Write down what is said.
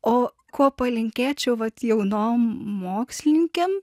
o ko palinkėčiau vat jaunom mokslininkėm